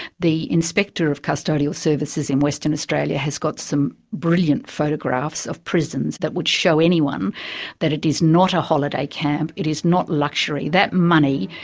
the inspector of custodial services in western australia has got some brilliant photographs of prisons that would show anyone that it is not a holiday camp, it is not luxury. that money,